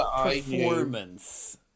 performance